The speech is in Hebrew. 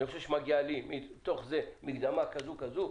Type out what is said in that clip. אני חושב שמתוך זה מגיעה לי מקדמה כזאת וכזאת,